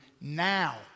Now